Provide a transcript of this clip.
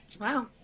Wow